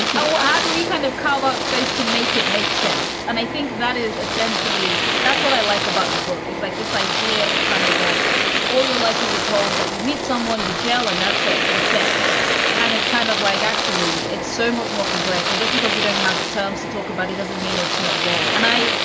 so ah do we kind of carve out space to make it make sense? and i think that is essentially that's what i like about the book, is like this idea of kind of like all your life, you were told that you meet someone, you gel and that's it. you sit and it's kind of. like actually, it's so much more complex, and just because we don't have terms to talk about it doesn't mean it's not there. and i,